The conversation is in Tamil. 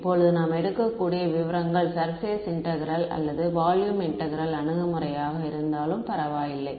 இப்போது நாம் எடுக்கக்கூடிய விவரங்கள் சர்பேஸ் இன்டெக்ரேல் அல்லது வால்யூம் இன்டெக்ரேல் அணுகுமுறையாக இருந்தாலும் பரவாயில்லை